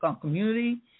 community